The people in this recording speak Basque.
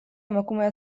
emakumea